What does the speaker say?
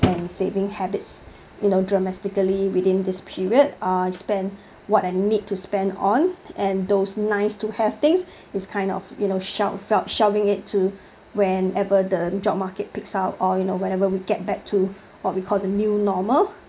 and saving habits you know dramatically within this period uh spend what are need to spend on and those nice to have things is kind of you know shov~ well shoving it to whenever the job market picks up or you know whenever we get back to what we called the new normal